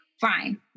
fine